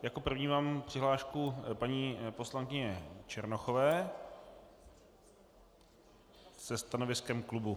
Jako první mám přihlášku paní poslankyně Černochové se stanoviskem klubu.